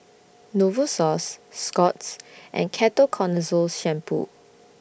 Novosource Scott's and Ketoconazole Shampoo